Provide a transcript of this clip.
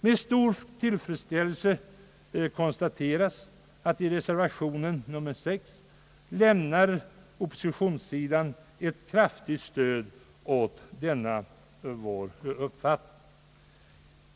Med stor tillfredsställelse konstateras att oppositionspartierna i reservation nr 6 lämnar ett kraftigt stöd åt denna vår uppfattning.